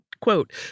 quote